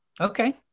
Okay